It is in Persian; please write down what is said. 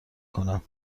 کنم